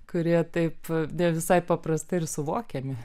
kurie taip ne visai paprasta ir suvokiami